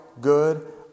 good